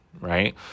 right